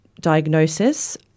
diagnosis